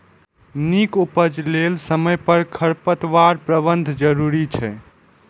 नीक उपज लेल समय पर खरपतवार प्रबंधन जरूरी छै